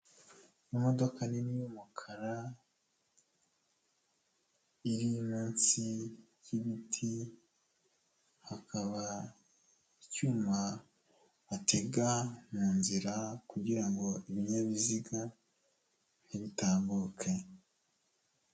Imodoka nini y'umukara iri munsi y'ibiti, hakaba icyuma batega mu nzira kugira ngo ibinyabiziga ntibitambuke.